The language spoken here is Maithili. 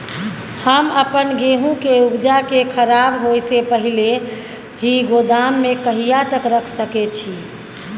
हम अपन गेहूं के उपजा के खराब होय से पहिले ही गोदाम में कहिया तक रख सके छी?